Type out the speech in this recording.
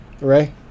Ray